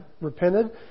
repented